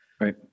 Right